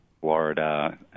Florida